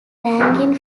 ranging